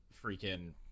freaking